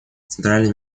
центральное